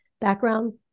background